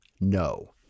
No